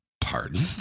Pardon